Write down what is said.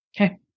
Okay